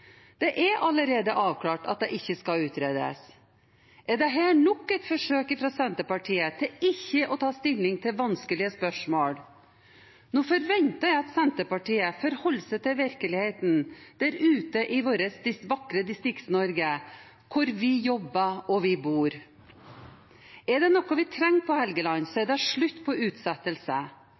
Det er allerede avklart at det ikke skal utredes. Er dette nok et forsøk fra Senterpartiet på ikke å ta stilling til vanskelige spørsmål? Nå forventer jeg at Senterpartiet forholder seg til virkeligheten der ute i vårt vakre Distrikts-Norge, der vi jobber og bor. Er det noe vi trenger på Helgeland, så er det slutt på